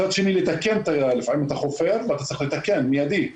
מצד שני, לפעמים אתה חופר ואתה צריך לתקן מיידית.